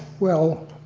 well,